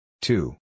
Two